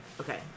Okay